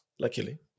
luckily